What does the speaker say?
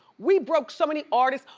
we broke so many artists.